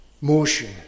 motion